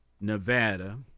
Nevada